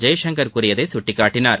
ஜெய்ஷங்கர் கூறியதை சுட்டிக்காட்டினார்